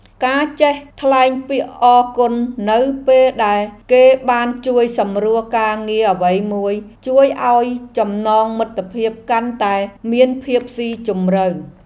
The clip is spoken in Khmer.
ការចេះថ្លែងពាក្យអរគុណនៅពេលដែលគេបានជួយសម្រួលការងារអ្វីមួយជួយឱ្យចំណងមិត្តភាពកាន់តែមានភាពស៊ីជម្រៅ។